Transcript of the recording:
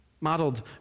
Modeled